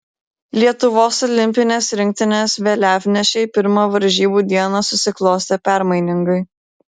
lietuvos olimpinės rinktinės vėliavnešei pirma varžybų diena susiklostė permainingai